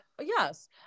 Yes